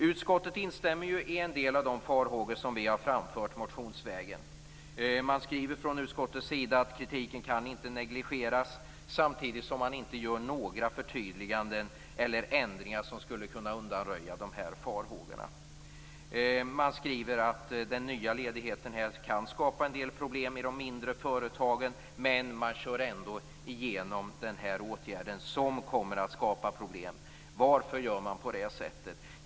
Utskottet instämmer i en del av de farhågor som vi har framfört motionsvägen. Man skriver från utskottet att kritiken inte kan negligeras samtidigt som man inte gör några förtydliganden eller ändringar som skulle kunna undanröja farhågorna. Man skriver att den nya ledigheten kan skapa en del problem i de mindre företagen, men man kör ändå igenom den här åtgärden som kommer att skapa problem. Varför gör man på det sättet?